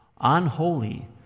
unholy